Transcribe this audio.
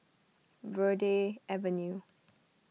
Verde Avenue